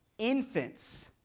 Infants